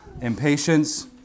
Impatience